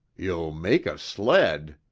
you'll make a sled?